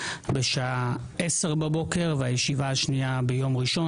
בשעה 10 בבוקר; הישיבה השנייה ביום ראשון,